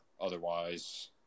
Otherwise